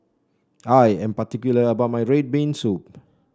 I am particular about my red bean soup